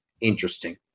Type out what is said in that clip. interesting